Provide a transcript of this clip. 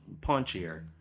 punchier